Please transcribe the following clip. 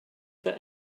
that